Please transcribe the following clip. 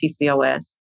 PCOS